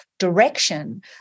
direction